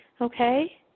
Okay